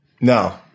No